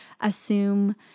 assume